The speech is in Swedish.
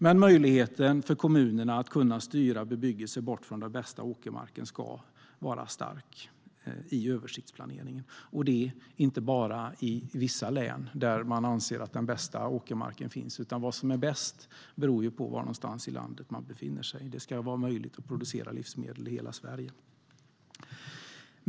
Men möjligheten för kommunerna att styra bort bebyggelse från den bästa åkermarken ska vara stark i översiktsplaneringen, och inte bara i vissa län där man anser att den bästa åkermarken finns. Vad som är bäst beror på var i landet man befinner sig. Det ska vara möjligt att producera livsmedel i hela Sverige.